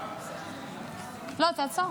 לא, תעצור.